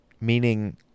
Meaning